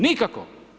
Nikako.